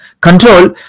control